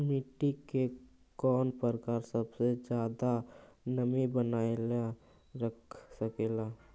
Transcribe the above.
मिट्टी के कौन प्रकार सबसे जादा नमी बनाएल रख सकेला?